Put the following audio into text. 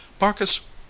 marcus